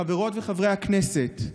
חברות וחברי הכנסת,